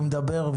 הוא אומר,